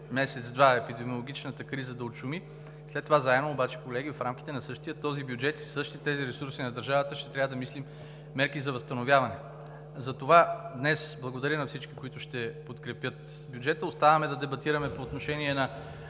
в следващите месец, два. След това заедно обаче, колеги, в рамките на същия този бюджет и същите тези ресурси на държавата ще трябва да мислим мерки за възстановяване. Затова днес благодаря на всички, които ще подкрепят бюджета. Оставаме да дебатираме по отношение на